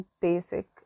basic